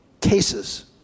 cases